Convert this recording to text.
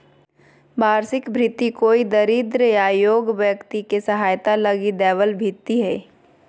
वार्षिक भृति कोई दरिद्र या योग्य व्यक्ति के सहायता लगी दैबल भित्ती हइ